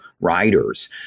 riders